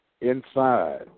inside